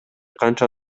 канча